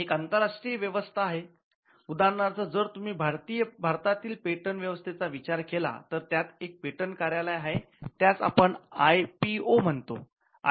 एक राष्ट्रीय व्यवस्था आहे उदाहरणार्थ जर तुम्ही भारतातील पेटंट व्यवस्थेचा विचार केला तर त्यात एक पेटंट कार्यालय आहे त्यास आपण आयपीओ म्हणतो